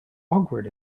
awkward